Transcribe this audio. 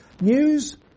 news